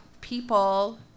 people